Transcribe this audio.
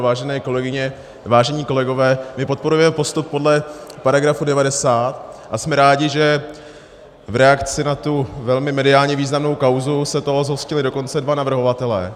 Vážené kolegyně, vážení kolegové, my podporujeme postup podle § 90 a jsme rádi, že v reakci na tu mediálně velmi významnou kauzu se toho zhostili dokonce dva navrhovatelé.